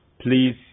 please